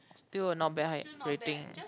still a not bad high rating